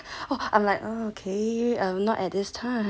orh I'm like okay err not at this time